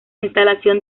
instalación